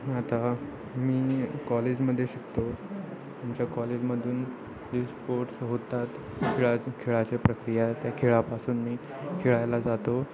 आता मी कॉलेजमध्ये शिकतो आमच्या कॉलेजमधून जे स्पोर्ट्स होतात खेळा खेळाचे प्रक्रिया त्या खेळापासून मी खेळायला जातो